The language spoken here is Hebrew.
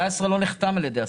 2019 לא נחתם על ידי השרים.